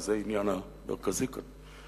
כי זה העניין המרכזי כאן,